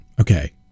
Okay